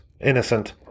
innocent